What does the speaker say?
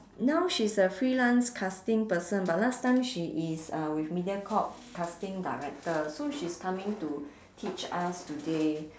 now she's a freelance casting person but last time she is uh with mediacorp casting director so she's coming to teach us today